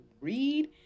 read